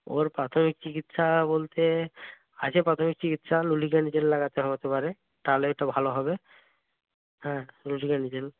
ওর প্রাথমিক চিকিৎসা বলতে আছে প্রাথমিক চিকিৎসা জেল লাগাতে হতে পারে তাহলে একটু ভালো হবে হ্যাঁ জেল